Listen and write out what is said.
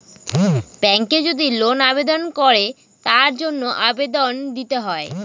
ব্যাঙ্কে যদি লোন আবেদন করে তার জন্য আবেদন দিতে হয়